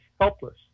helpless